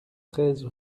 treize